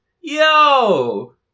Yo